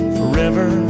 forever